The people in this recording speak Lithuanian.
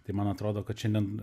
tai man atrodo kad šiandien